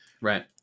right